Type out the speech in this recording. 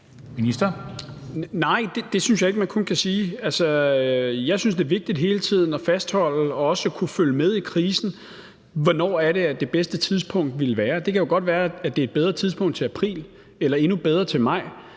Nej, det synes jeg ikke man kun kan sige. Jeg synes, det er vigtigt hele tiden at fastholde og også kunne følge med i krisen, i forhold til hvornår det bedste tidspunkt ville være. Det kan jo godt være, at det er et bedre tidspunkt til april eller endnu bedre til maj.